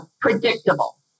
predictable